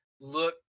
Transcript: look